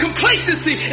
Complacency